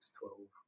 twelve